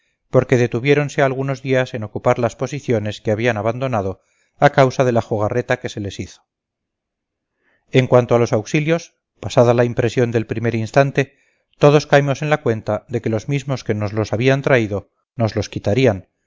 porque detuviéronse algunos días en ocupar las posiciones que habían abandonado a causa de la jugarreta que se les hizo en cuanto a los auxilios pasada la impresión del primer instante todos caímos en la cuenta de que los mismos que nos los habían traído nos los quitarían